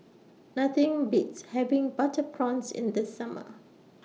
Nothing Beats having Butter Prawns in The Summer